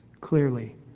clearly